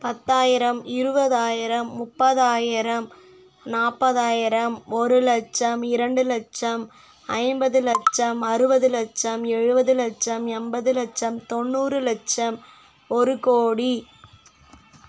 பத்தாயிரம் இருபதாயிரம் முப்பதாயிரம் நாற்பதாயிரம் ஒரு லட்சம் இரண்டு லட்சம் ஐம்பது லட்சம் அறுபது லட்சம் எழுபது லட்சம் எண்பது லட்சம் தொண்ணூறு லட்சம் ஒரு கோடி